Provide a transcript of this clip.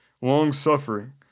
long-suffering